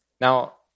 Now